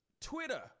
Twitter